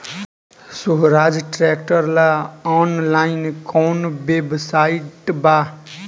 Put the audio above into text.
सोहराज tractor ला online कोउन website बा?